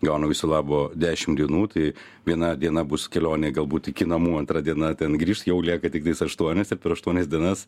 gauna viso labo dešim dienų tai viena diena bus kelionė galbūt iki namų antra diena ten grįžt jau lieka tiktais aštuonios ir per aštuonias dienas